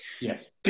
yes